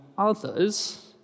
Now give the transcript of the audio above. Others